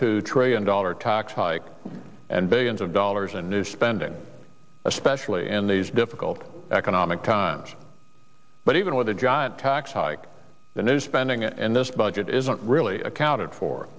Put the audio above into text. two trillion dollar tax hike and billions of dollars in new spending especially in these difficult economic times but even with the giant tax hike the new spending and this budget isn't really accounted for